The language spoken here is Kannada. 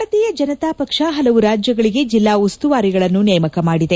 ಭಾರತೀಯ ಜನತಾ ಪಕ್ಷ ಹಲವು ರಾಜ್ಯಗಳಿಗೆ ಜಿಲ್ಲಾ ಉಸ್ತುವಾರಿಗಳನ್ನು ನೇಮಕ ಮಾಡಿದೆ